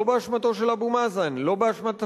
לא באשמתו של אבו מאזן, לא באשמת הפלסטינים,